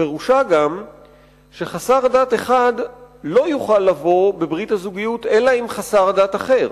פירושה גם שחסר דת אחד לא יוכל לבוא בברית הזוגיות אלא עם חסר דת אחר.